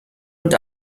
und